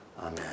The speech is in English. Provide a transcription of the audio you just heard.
amen